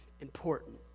important